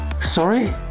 Sorry